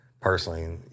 personally